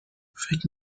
فکر